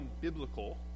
biblical